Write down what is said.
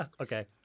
Okay